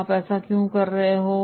आप ऐसा क्यों कर रहे हैं "